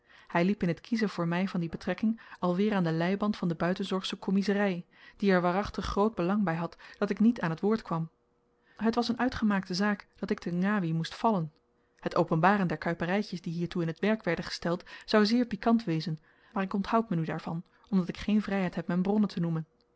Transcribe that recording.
hy liep in t kiezen voor my van die betrekking alweer aan de leiband van de buitenzorgsche kommiezery die er waarachtig groot belang by had dat ik niet aan t woord kwam het was n uitgemaakte zaak dat ik te ngawi moest vallen het openbaren der kuiperytjes die hiertoe in t werk werden gesteld zou zeer pikant wezen maar ik onthoud me nu daarvan omdat ik geen vryheid heb m'n bronnen te noemen